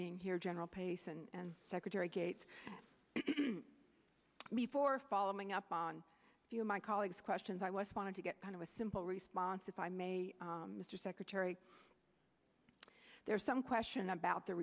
being here general pace and secretary gates before following up on my colleagues questions i was fine to get kind of a simple response if i may mr secretary there's some question about the